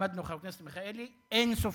למדנו, חבר הכנסת מיכאלי, אין-סופית.